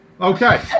Okay